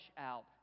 out